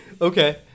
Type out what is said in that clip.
Okay